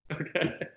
Okay